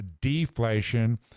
deflation